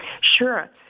Sure